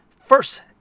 first